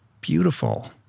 beautiful